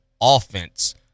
offense